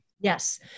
Yes